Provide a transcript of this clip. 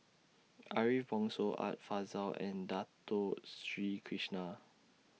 Ariff Bongso Art Fazil and Dato Sri Krishna